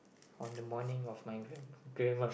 on the morning of my grandma